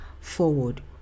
forward